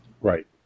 Right